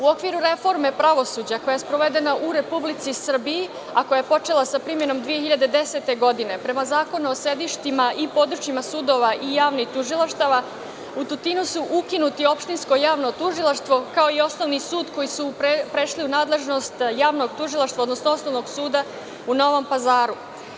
U okviru reforme pravosuđa koja je sprovedena u Republici Srbiji, a koja je počela sa primenom 2010. godine, prema Zakonu o sedištima i područjima sudova i javnih tužilaštava u Tutinu su ukinuti Opštinsko javno tužilaštvo, kao i Osnovni sud koji se u prošloj nadležnosti Javnog tužilaštva, odnosno Osnovnog suda u Novom Pazaru.